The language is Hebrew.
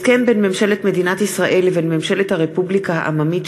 הסכם בין ממשלת מדינת ישראל לבין ממשלת הרפובליקה העממית